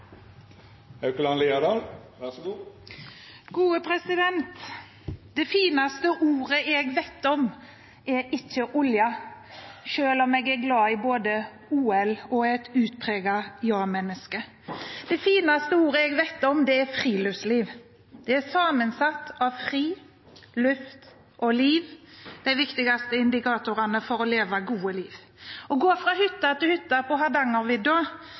Det fineste ordet jeg vet om, er ikke «olja», selv om jeg både er glad i OL og er et utpreget ja-menneske. Det fineste ordet jeg vet om, er «friluftsliv». Det er sammensatt av «fri», «luft» og «liv» – de viktigste indikatorene for å leve et godt liv. Å gå fra hytte til hytte på Hardangervidda